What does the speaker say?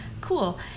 Cool